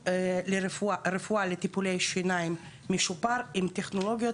רפואה לטיפולי שיניים משופר עם טכנולוגיות